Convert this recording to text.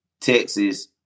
Texas